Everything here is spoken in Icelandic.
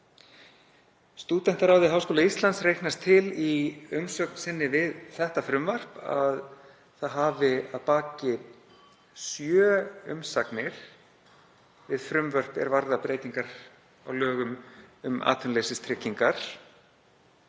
Stúdentaráði Háskóla Íslands reiknast til í umsögn sinni við þetta frumvarp að það hafi að baki sjö umsagnir við frumvörp er varða breytingar á lögum um atvinnuleysistryggingar